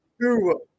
two